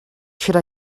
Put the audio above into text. should